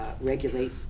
regulate